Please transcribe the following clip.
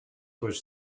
was